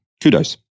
kudos